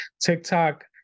TikTok